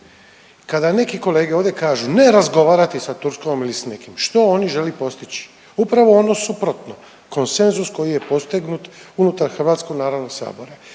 Kada neki kolege ovde kažu ne razgovarati sa Turskom ili s nikim što oni želi postići, upravo ono suprotno. Konsenzus koji je postignut unutar Hrvatskog narodnog sabora.